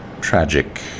tragic